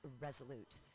Resolute